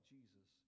Jesus